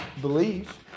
believe